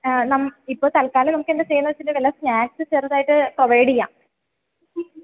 നമ്മ് ഇപ്പോൾ തല്ക്കാലം നമുക്ക് എന്താ ചെയ്യാമെന്നു വെച്ചിട്ടുണ്ടെങ്കിൽ സ്നാക്സ് ചെറുതായിട്ട് പ്രൊവൈഡ് ചെയ്യാം